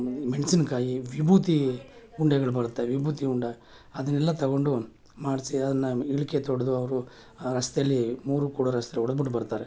ಮೆಣಸಿನ್ಕಾಯಿ ವಿಭೂತಿ ಉಂಡೆಗಳು ಬರುತ್ತೆ ವಿಭೂತಿ ಉಂಡ ಅದನ್ನೆಲ್ಲ ತಗೊಂಡು ಮಾಡಿಸಿ ಅದನ್ನ ಇಳಿಕೆ ತೊಡೆದು ಅವರು ರಸ್ತೆಲಿ ಮೂರು ಕೂಡೊ ರಸ್ತೆಲಿ ಹೊಡ್ದ್ಬಿಟ್ಟು ಬರ್ತಾರೆ